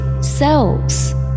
selves